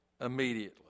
immediately